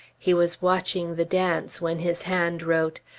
he was watching the dance when his hand wrote,